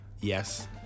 Yes